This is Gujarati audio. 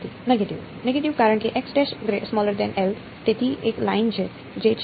નેગેટિવ કારણ કે તેથી તે એક લાઇન છે જે છે